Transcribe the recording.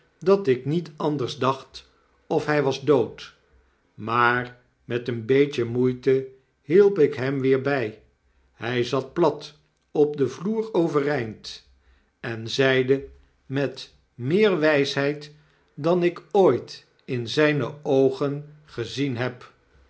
dat ik niet anders dacht of hy was dood maar met een beetje moeite hielp ik hem weer by hij zat plat op den vloer overeind en zeide met meer wijsheid dan ik ooit in zyne oogen gezien heb